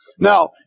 Now